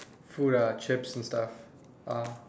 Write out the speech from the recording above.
food ah chips and stuff ah